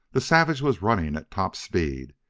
the savage was running at top speed.